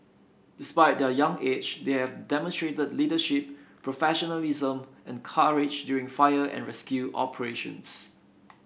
despite their young age they have demonstrated leadership professionalism and courage during fire and rescue operations